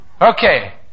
Okay